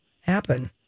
happen